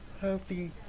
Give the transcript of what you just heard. healthy